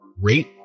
rate